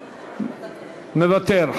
מוותר.